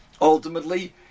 Ultimately